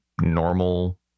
normal